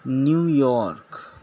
New York